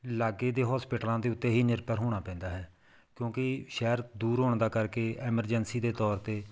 ਲਾਗੇ ਦੇ ਹੋਸਪੀਟਲਾਂ ਦੇ ਉੱਤੇ ਹੀ ਨਿਰਭਰ ਹੋਣਾ ਪੈਂਦਾ ਹੈ ਕਿਉਂਕਿ ਸ਼ਹਿਰ ਦੂਰ ਹੋਣ ਦਾ ਕਰਕੇ ਐਮਰਜੈਂਸੀ ਦੇ ਤੌਰ 'ਤੇ